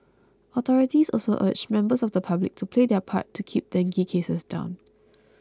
authorities also urged members of the public to play their part to keep dengue cases down